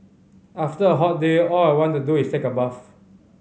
after a hot day all I want to do is take a bath